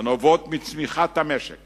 הנובעות מצמיחת המשק